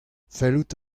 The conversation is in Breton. fellout